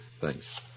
Thanks